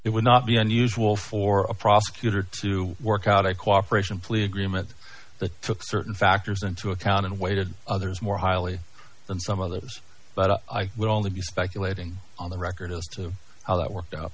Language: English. it would not be unusual for a prosecutor to work out a cooperation plea agreement that took certain factors into account and weighted others more highly than some others but i would only be speculating on the record as to how that worked